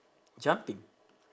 jumping